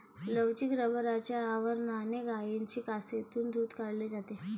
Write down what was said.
लवचिक रबराच्या आवरणाने गायींच्या कासेतून दूध काढले जाते